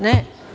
Ne?